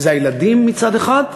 וזה הילדים מצד אחד,